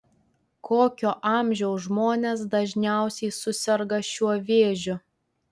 kokio amžiaus žmonės dažniausiai suserga šiuo vėžiu